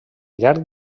llarg